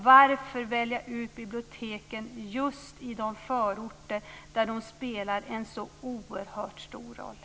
Varför väljs biblioteken ut just i de förorter där de spelar en så oerhört stor roll?